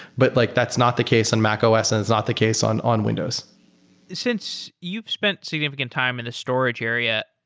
but like that's not the case in mac os and it's not the case on on windows since you've spent significant time in the storage area,